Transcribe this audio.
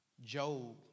Job